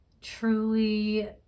truly